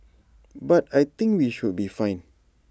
but I think we should be fine